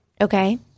okay